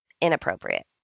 Inappropriate